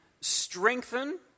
strengthen